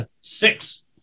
Six